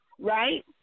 right